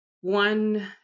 one